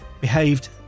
behaved